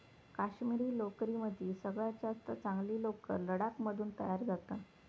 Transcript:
काश्मिरी लोकरीमदी सगळ्यात जास्त चांगली लोकर लडाख मधून तयार जाता